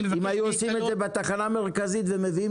אם היו עושים את זה בתחנה המרכזית ומביאים